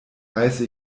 reiße